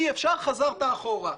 אי אפשר חזרת אחורה.